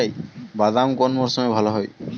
বাদাম কোন মরশুমে ভাল হয়?